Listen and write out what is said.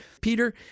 Peter